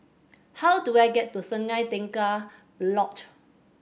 how do I get to Sungei Tengah Lodge